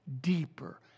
deeper